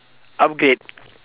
upgrade